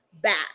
back